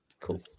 cool